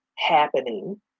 happening